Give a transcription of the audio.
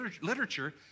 literature